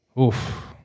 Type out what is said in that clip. Oof